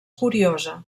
curiosa